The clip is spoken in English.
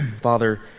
Father